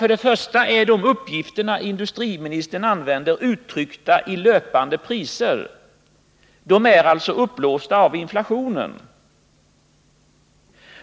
För det första är de uppgifter industriministern använde uttryckta i löpande priser — de är alltså uppblåsta av inflationen.